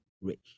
rich